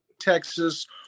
Texas